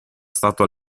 stato